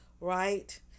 Right